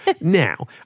Now